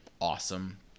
awesome